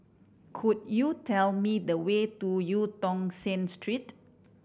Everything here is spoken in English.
could you tell me the way to Eu Tong Sen Street